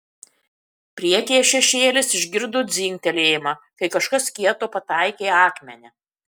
priekyje šešėlis išgirdo dzingtelėjimą kai kažkas kieto pataikė į akmenį